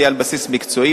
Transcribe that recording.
יהיו על בסיס מקצועי,